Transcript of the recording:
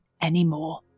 anymore